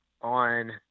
on